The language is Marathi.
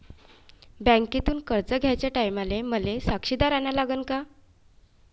बँकेतून कर्ज घ्याचे टायमाले मले साक्षीदार अन लागन का?